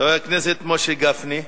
חבר הכנסת משה גפני.